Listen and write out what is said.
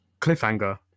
Cliffhanger